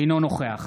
אינו נוכח